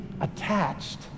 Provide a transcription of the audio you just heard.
attached